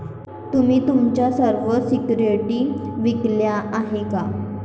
तुम्ही तुमच्या सर्व सिक्युरिटीज विकल्या आहेत का?